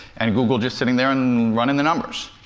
and google just sitting there and running the numbers.